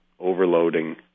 overloading